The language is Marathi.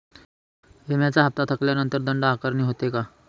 विम्याचा हफ्ता थकल्यानंतर दंड आकारणी होते का?